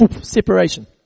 Separation